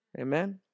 Amen